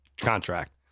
contract